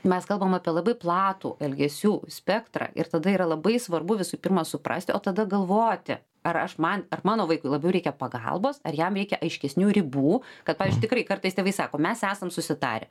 mes kalbam apie labai platų elgesių spektrą ir tada yra labai svarbu visų pirma suprasti o tada galvoti ar aš man ar mano vaikui labiau reikia pagalbos ar jam reikia aiškesnių ribų kad pažiui tikrai kartais tėvai sako mes esam susitarę